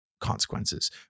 consequences